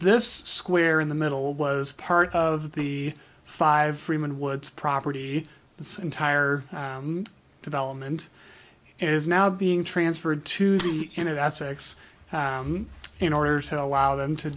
this square in the middle was part of the five freeman woods property its entire development is now being transferred to the end of assets in order to allow them to